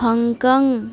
Hong Kong